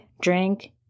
drink